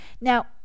Now